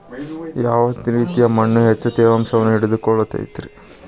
ಯಾವ ರೇತಿಯ ಮಣ್ಣ ಹೆಚ್ಚು ತೇವಾಂಶವನ್ನ ಹಿಡಿದಿಟ್ಟುಕೊಳ್ಳತೈತ್ರಿ?